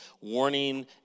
warning